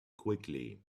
quickly